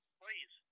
please